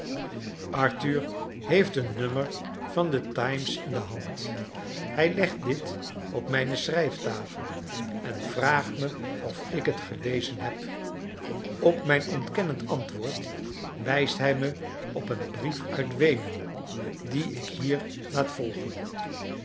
arthur heeft een nommer van de times in de hand hij legt dit op mijne schrijftafel en vraagt me of ik het gelezen heb op mijn ontkennend antwoord wijst hij me op een brief uit weenen dien ik hier laat volgen